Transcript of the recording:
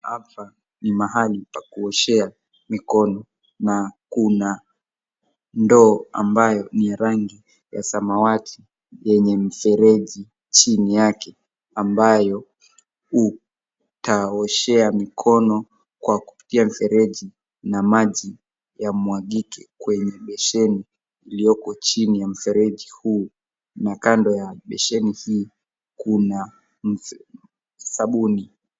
Hapa ni mahali pa kuoshea mikono na kuna ndoo ambayo ni ya rangi ya samawati yenye mfereji chini yake, ambayo utaoshea mikono kwa kupitia mfereji na maji yamwagike kwenye besheni iliyoko chini ya mfereji huu. Na kando ya besheni hii kuna sabuni.